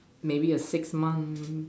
maybe a six month